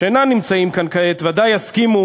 שאינם נמצאים כאן כעת, ודאי יסכימו